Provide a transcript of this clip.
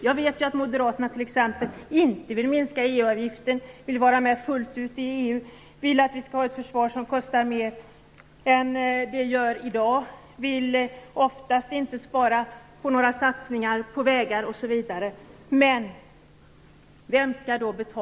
Jag vet att Moderaterna t.ex. inte vill minska EU-avgiften, vill vara med fullt ut i EU, vill att vi skall ha ett försvar som kostar mer än det gör i dag, oftast inte vill spara på några satsningar på vägar osv. Vem skall då betala?